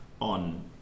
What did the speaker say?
on